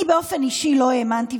אני באופן אישי לא האמנתי,